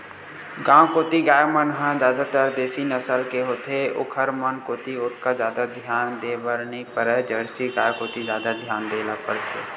गांव कोती गाय मन ह जादातर देसी नसल के होथे ओखर मन कोती ओतका जादा धियान देय बर नइ परय जरसी गाय कोती जादा धियान देय ल परथे